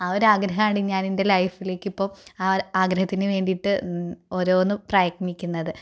ആ ഒരു ആഗ്രഹമാണ് ഞാൻ എൻ്റെ ലൈഫിലേക്ക് ഇപ്പം ആഗ്രഹത്തിന് വേണ്ടിയിട്ട് ഓരോന്ന് പ്രയത്നിക്കുന്നത്